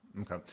Okay